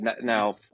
Now